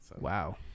Wow